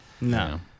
No